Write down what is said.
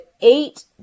eight